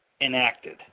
enacted